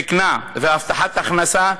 זיקנה והבטחת הכנסה,